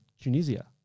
Tunisia